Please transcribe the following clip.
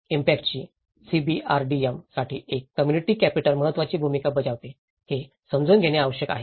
इम्पॅक्टी CBRDM साठी एक community capital महत्त्वाची भूमिका बजावते हे समजून घेणे आवश्यक आहे